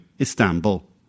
Istanbul